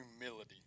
humility